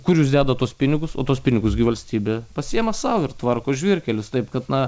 kur jūs dedat tuos pinigus o tuos pinigus gi valstybė pasiima sau ir tvarko žvyrkelius taip kad na